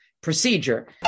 procedure